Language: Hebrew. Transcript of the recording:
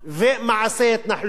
ומעשה התנחלויות.